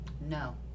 No